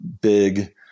big